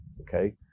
Okay